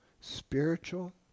spiritual